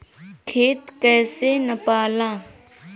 खेत कैसे नपाला?